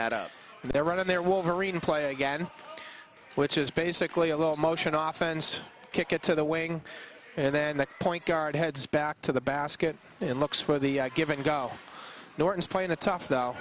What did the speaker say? that up and they're right on their wolverine play again which is basically a little motion off and kick it to the weighing and then the point guard heads back to the basket and looks for the given go north play in a tough though